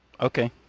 Okay